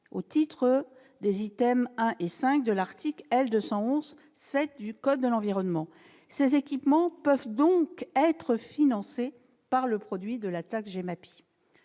au titre des items 1 et 5 de l'article L. 211-7 du code de l'environnement. Ces équipements peuvent donc être financés par le produit de la taxe GEMAPI.